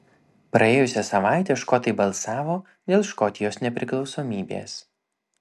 praėjusią savaitę škotai balsavo dėl škotijos nepriklausomybės